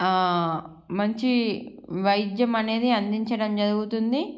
ఆ మంచి వైద్యం అనేది అందించడం జరుగుతుంది